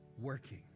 working